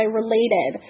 related